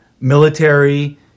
military